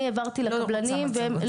העברתי לקבלנים --- אני לא רוצה מצגת,